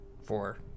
Four